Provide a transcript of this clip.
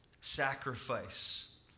sacrifice